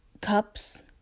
cups